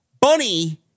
Bunny